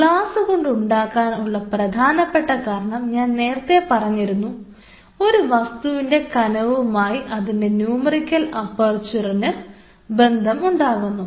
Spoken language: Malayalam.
ഗ്ലാസ് കൊണ്ട് ഉണ്ടാക്കാൻ ഉള്ള പ്രധാനപ്പെട്ട കാരണം ഞാൻ നേരത്തെ പറഞ്ഞിരുന്നു ഒരു വസ്തുവിൻറെ കനവുമായി അതിൻറെ ന്യൂമെറിക്കൽ അപ്പർച്ചറിന് ബന്ധം ഉണ്ടാകുന്നു